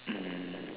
um